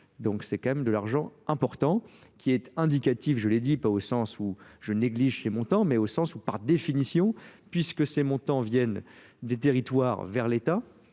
donc nous irons ensuite qui est indicatif je l'ai dit pas au sens où je néglige ces montants mais au sens où par définition puisque ces montants viennent des territoires vers l'état